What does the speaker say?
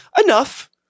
enough